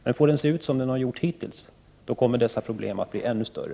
Men om den får se ut som den har gjort hittills, kommer dessa problem att bli ännu större.